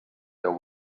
déu